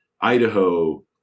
Idaho